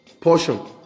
portion